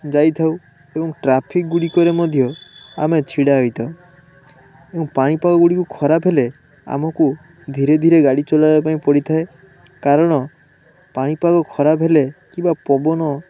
ଯାଇ ଥାଉ ଏବଂ ଟ୍ରାଫିକ୍ ଗୁଡ଼ିକରେ ମଧ୍ୟ ଆମେ ଛିଡ଼ା ହୋଇଥାଉ ଏବଂ ପାଣିପାଗ ଗୁଡ଼ିକୁ ଖରାପ ହେଲେ ଆମକୁ ଧୀରେ ଧୀରେ ଗାଡ଼ି ଚଲାଇବା ପାଇଁ ପଡ଼ିଥାଏ କାରଣ ପାଣିପାଗ ଖରାପ ହେଲେ କିମ୍ବା ପବନ